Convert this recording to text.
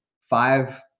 five